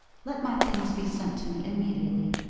let my things be sent to me immediately,